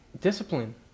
Discipline